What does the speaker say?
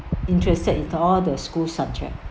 interested with all the school subject